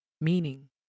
meaning